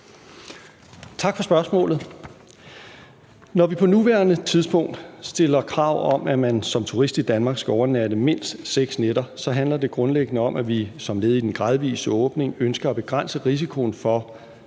Tak for spørgsmålet. Når vi på nuværende tidspunkt stiller krav om, at man som turist i Danmark skal overnatte mindst seks nætter, handler det grundlæggende om, at vi som led i den gradvise åbning ønsker at begrænse risikoen for,